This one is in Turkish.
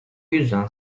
yüzden